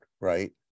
Right